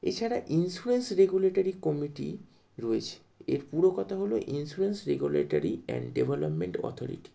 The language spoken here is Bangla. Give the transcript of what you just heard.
এছাড়া ইনস্যুরেন্স রেগুলেটরি কমিটি রয়েছে এর পুরো কথা হলো insurance regulatory and development authority